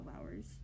hours